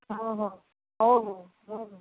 हो हो हो हो हो हो